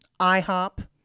IHOP